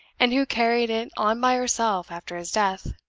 and who carried it on by herself after his death.